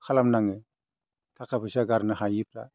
खालामनाङो थाखा फैसा गारनो हायैफ्रा